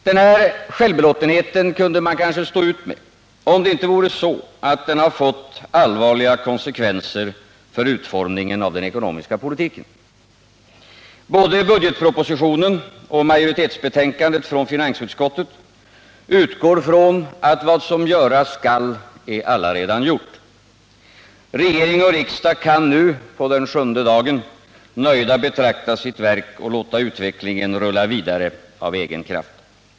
Den här självbelåtenheten kunde man kanske stå ut med, om det inte vore så att den har fått allvarliga konsekvenser för utformningen av den ekonomiska politiken. Både budgetpropositionen och majoritetsbetänkandet från finansutskottet utgår från att vad som göras skall är allaredan gjort. Regering och riksdag kan nu, på den sjunde dagen, nöjda betrakta sitt verk och låta utvecklingen rulla vidare av egen kraft.